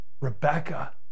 Rebecca